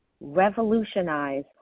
revolutionize